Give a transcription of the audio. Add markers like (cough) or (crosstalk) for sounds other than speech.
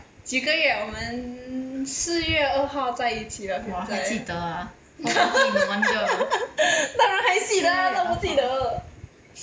几个月啊我们四月二号在一起了 (laughs) 当然还记得啊那是我自己的